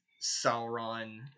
Sauron